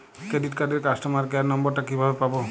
Credit কার্ডের customer care number টা কিভাবে পাবো?